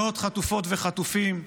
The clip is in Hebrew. מאות חטופות וחטופים,